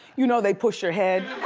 you know they push your head?